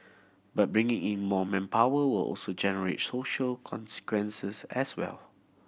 but bringing in more manpower will also generate social consequences as well